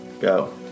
go